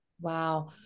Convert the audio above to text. Wow